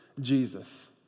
jesus